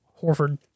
Horford